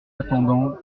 attendant